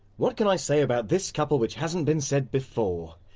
what can i say about this couple which hasn't been said before,